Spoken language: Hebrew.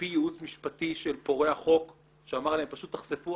פי ייעוץ משפטי של פורע חוק שאמר להן פשוט תחשפו,